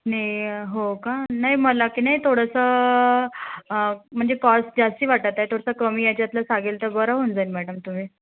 ने हो का नाही मला की नाही थोडंसं म्हणजे कॉस्ट जास्ती वाटत आहे थोडसं कमी याच्यातलं सांगेल तर बरं होऊन जाईल मॅडम तुम्ही